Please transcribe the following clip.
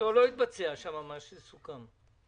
התבצע שם מה שסוכם.